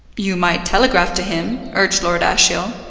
you might telegraph to him, urged lord ashiel.